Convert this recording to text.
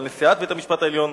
על נשיאת בית-המשפט העליון,